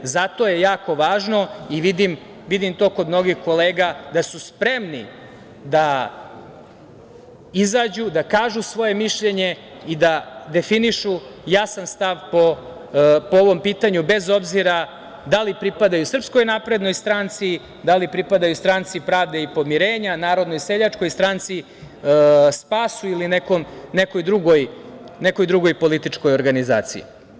Zato je jako važno i vidim to kod mnogih kolega da su spremni da izađu, da kažu svoje mišljenje i da definišu jasan stav po ovom pitanju, bez obzira da li pripadaju SNS, da li pripadaju Stranci pravde i pomirenja, Narodnoj seljačkoj stranci, SPAS-u ili nekoj drugoj političkoj organizaciji.